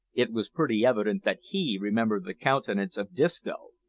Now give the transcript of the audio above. it was pretty evident that he remembered the countenance of disco.